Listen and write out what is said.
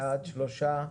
בעד שלושה.